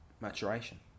Maturation